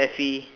F E